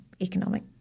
economic